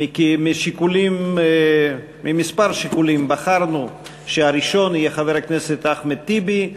מכמה שיקולים בחרנו שהראשון יהיה חבר הכנסת אחמד טיבי,